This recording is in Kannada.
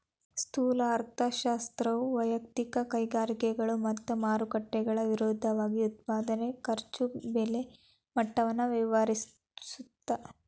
ಸ್ಥೂಲ ಅರ್ಥಶಾಸ್ತ್ರವು ವಯಕ್ತಿಕ ಕೈಗಾರಿಕೆಗಳು ಮತ್ತ ಮಾರುಕಟ್ಟೆಗಳ ವಿರುದ್ಧವಾಗಿ ಉತ್ಪಾದನೆ ಖರ್ಚು ಬೆಲೆ ಮಟ್ಟವನ್ನ ವ್ಯವಹರಿಸುತ್ತ